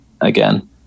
again